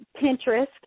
Pinterest